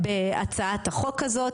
בהצעת החוק הזאת.